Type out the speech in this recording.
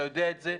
אתה יודע את זה.